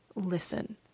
Listen